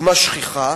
דוגמה שכיחה,